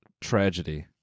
tragedy